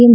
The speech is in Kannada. ಎಲ್